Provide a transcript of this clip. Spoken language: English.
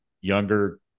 younger